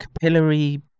capillary